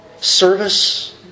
service